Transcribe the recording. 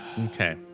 Okay